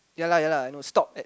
ya lah ya lah I know stop at